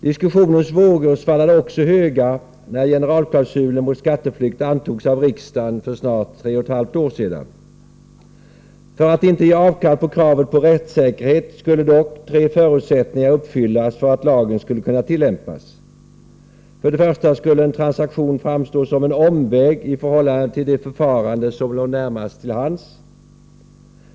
Diskussionens vågor svallade så höga när generalklausulen mot skatteflykt antogs av riksdagen för snart tre och ett halvt år sedan. För att man inte skulle göra avkall på kravet på rättssäkerhet skulle dock tre förutsättningar uppfyllas för att lagen skulle kunna tillämpas. För det första skulle en transaktion framstå som en omväg i förhållande till det förfarande som låg närmast till hands.